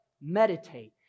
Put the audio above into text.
Meditate